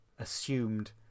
assumed